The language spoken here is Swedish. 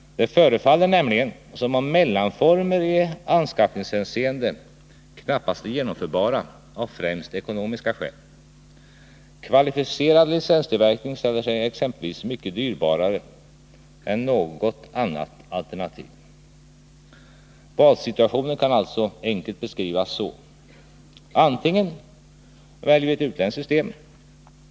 Det förefaller nämligen som om mellanformer i anskaffningshänseende knappast är genomförbara av främst ekonomiska skäl. Kvalificerad licenstillverkning ställer sig exempelvis mycket dyrbarare än något annat alternativ. Valsituationen kan alltså enkelt beskrivas så: Det första alternativet är att vi väljer ett utländskt system.